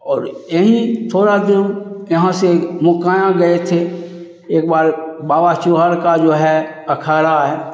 और एनी थोड़ा दूर यहाँ से मोकांयाँ गए थे एक बार बाबा चुहर का जो है अखाड़ा है